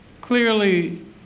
clearly